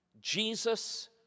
Jesus